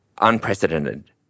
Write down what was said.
unprecedented